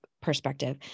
perspective